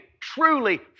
Truly